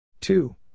two